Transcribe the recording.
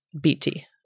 BT